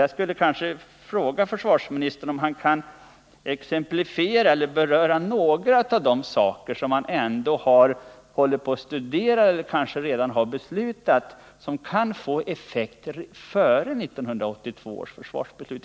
Jag skulle vilja fråga försvarsministern om han kan exemplifiera eller beröra några av de saker som han håller på att studera eller kanske redan har beslutat om och som kan få effekter före 1982 års försvarsbeslut.